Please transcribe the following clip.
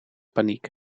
paniek